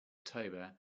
toba